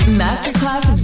masterclass